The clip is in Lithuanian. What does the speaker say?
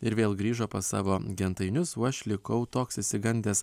ir vėl grįžo pas savo gentainius o aš likau toks išsigandęs